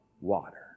water